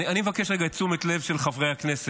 אני מבקש רגע את תשומת הלב של חברי הכנסת,